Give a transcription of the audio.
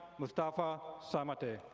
mustapha samateh.